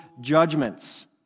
judgments